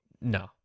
No